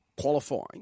qualifying